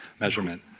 Measurement